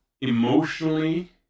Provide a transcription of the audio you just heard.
emotionally